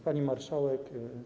Pani Marszałek!